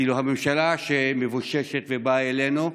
הממשלה שמבוששת ובאה אלינו,